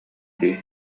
дии